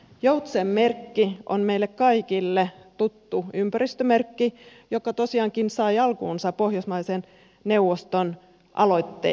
joutsenmerkki on meille kaikille tuttu ympäristömerkki joka tosiaankin sai alkunsa pohjoismaiden neuvoston aloitteesta